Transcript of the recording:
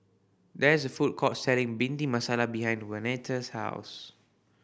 there is a food court selling Bhindi Masala behind Waneta's house